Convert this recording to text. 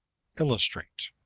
illustrate.